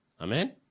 Amen